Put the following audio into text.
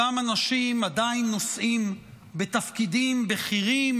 אותם אנשים עדיין נושאים תפקידים בכירים,